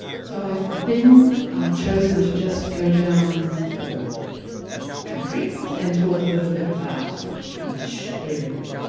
so i've then chosen to just go down the country and talk a little bit about each area